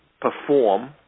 perform